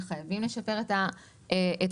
שחייבים לשפר את השירות,